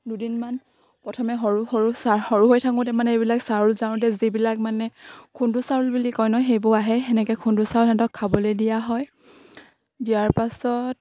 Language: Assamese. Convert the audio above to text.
দুদিনমান প্ৰথমে সৰু সৰু চা সৰু হৈ থাকোঁতে মানে এইবিলাক চাউল জাৰোঁতে যিবিলাক মানে খুন্দু চাউল বুলি কয় ন সেইবোৰ আহে সেনেকে খুন্দু চাউল সিহঁতক খাবলে দিয়া হয় দিয়াৰ পাছত